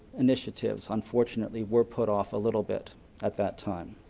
initiatives unfortunately were put off a little bit at that time.